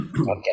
okay